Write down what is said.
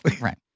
Right